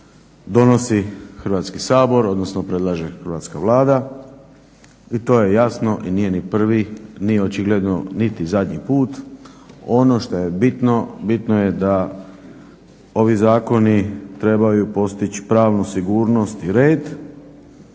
donosi Hrvatski sabor, odnosno predlaže Hrvatska vlada. I to je jasno i nije ni prvi, ni očigledno niti zadnji put. Ono što je bitno, bitno je da ovi zakoni trebaju postići pravnu sigurnost i red,